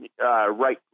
right